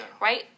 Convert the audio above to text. right